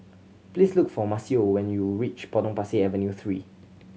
please look for Maceo when you reach Potong Pasir Avenue Three